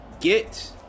get